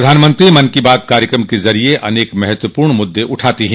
प्रधानमंत्री मन की बात कार्यक्रम के जरिए अनेक महत्वपूर्ण मुद्दे उठाते हैं